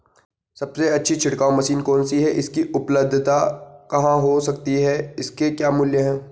सबसे अच्छी छिड़काव मशीन कौन सी है इसकी उपलधता कहाँ हो सकती है इसके क्या मूल्य हैं?